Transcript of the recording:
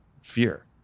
fear